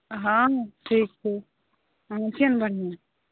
हॅं ठीक छै हॅं केहन बढ़िऑं